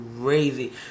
crazy